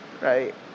right